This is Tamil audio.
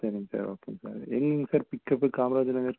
சரிங் சார் ஓகேங்க சார் எங்கேங்க சார் பிக்அப்க்கு காமராஜர் நகர்